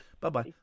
Bye-bye